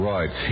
Right